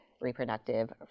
reproductive